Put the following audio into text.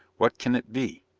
what can it be?